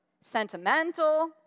sentimental